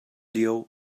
lio